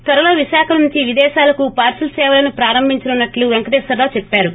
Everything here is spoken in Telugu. త్వరలో విశాఖ నుంచి విదేశాలకు పార్పిల్ సేవలను ప్రారంభించనున్నట్లు వెంకటేశ్వరరావు చెప్పారు